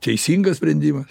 teisingas sprendimas